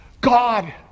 God